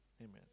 Amen